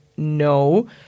No